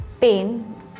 pain